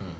mm